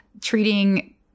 treating